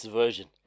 version